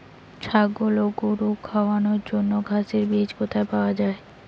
ছাগল ও গরু খাওয়ানোর জন্য ঘাসের বীজ কোথায় পাওয়া যায়?